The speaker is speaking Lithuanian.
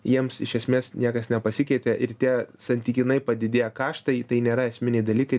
jiems iš esmės niekas nepasikeitė ir tie santykinai padidėję kaštai tai nėra esminiai dalykai